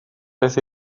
beth